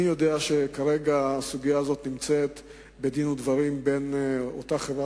אני יודע שכרגע הסוגיה הזאת נמצאת בדין ודברים בין אותה חברה,